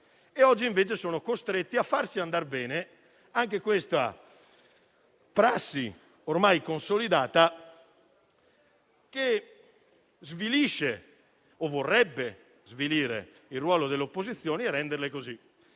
Oggi, invece, sono costretti a farsi andar bene anche questa prassi ormai consolidata che svilisce o vorrebbe svilire il ruolo delle opposizioni e renderle